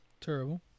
Terrible